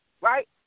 right